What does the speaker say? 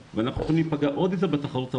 ואנחנו הולכים להיפגע עוד יותר בתחרות העולמית.